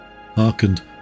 hearkened